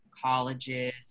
colleges